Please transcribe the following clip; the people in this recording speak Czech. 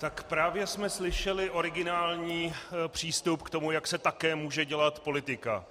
Tak právě jsme slyšeli originální přístup k tomu, jak se také může dělat politika.